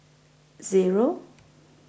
Zero